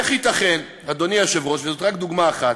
איך ייתכן, אדוני היושב-ראש, וזו רק דוגמה אחת,